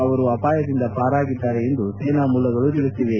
ಅವರು ಅಪಾಯದಿಂದ ಪಾರಾಗಿದ್ಲಾರೆ ಎಂದು ಸೇನಾಮೂಲಗಳು ತಿಳಿಸಿವೆ